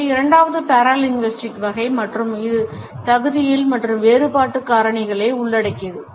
இது இரண்டாவது paralinguistic வகை மற்றும் இது தகுதிகள் மற்றும் வேறுபாட்டுக் காரணிகளை உள்ளடக்கியது